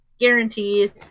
Guaranteed